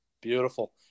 Beautiful